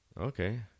Okay